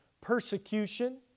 persecution